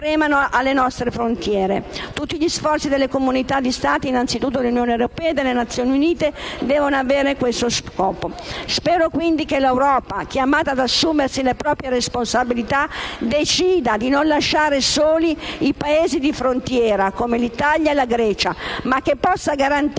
Tutti gli sforzi delle comunità di Stati, innanzitutto dell'Unione europea e delle Nazioni Unite, devono avere questo scopo. Spero quindi che l'Europa, chiamata ad assumersi le proprie responsabilità, decida di non lasciare soli i Paesi di frontiera come l'Italia e la Grecia, e possa garantire